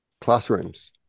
classrooms